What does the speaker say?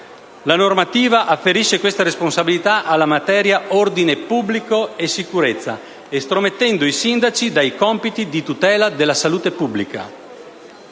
La normativa attribuisce questa responsabilità alla materia dell'ordine pubblico e della sicurezza, estromettendo i sindaci dai compiti di tutela della salute pubblica.